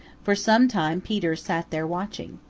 for some time peter sat there watching.